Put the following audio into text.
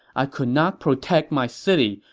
i could not protect my city,